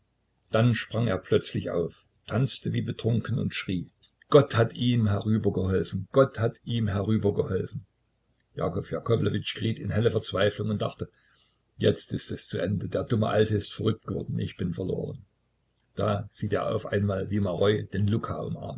dann sprang er plötzlich auf tanzte wie betrunken und schrie gott hat ihm herübergeholfen gott hat ihm herübergeholfen jakow jakowlewitsch geriet in helle verzweiflung und dachte jetzt ist es zu ende der dumme alte ist verrückt geworden ich bin verloren da sieht er auf einmal wie maroi den luka